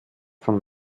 von